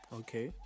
okay